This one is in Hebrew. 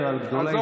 מבקש